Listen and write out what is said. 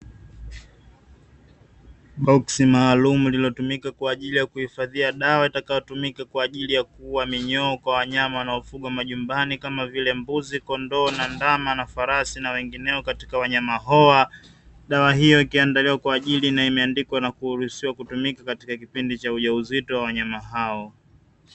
Boksi maalumu lililotumika kwa ajili ya kuhifadhia dawa, itakayotumika kwa ajili ya kuua minyoo kwa wanyama wanaofugwa majumbani, kama vile mbuzi, kondoo na ndama na farasi na wengineo katika wanyama hawa. Dawa hiyo ikiandaliwa kwa ajili na imeandikwa na kuruhusiwa kutumika katika kipindi cha ujauzito wa wanyama hao.